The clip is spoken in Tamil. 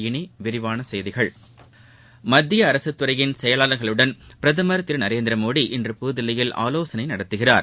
இளிவிரிவானசெய்திகள் மத்திய அரசுத்துறையின் செயலாளர்களுடன் பிரதமர் திருநரேந்திரமோடி இன்று புதுதில்லியில் ஆலோசனைநடத்துகிறார்